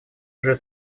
уже